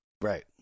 Right